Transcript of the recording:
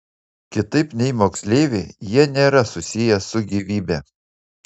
kitaip nei moksleiviai jie nėra susiję su gyvybe